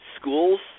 schools